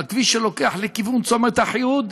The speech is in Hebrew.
הכביש שלוקח לכיוון צומת אחיהוד,